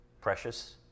precious